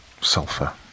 sulfur